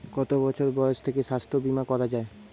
কত বছর বয়স থেকে স্বাস্থ্যবীমা করা য়ায়?